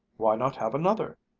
why not have another?